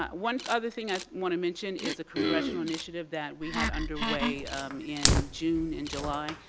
one other thing i want to mention is congressional initiative that we had underway in june and july.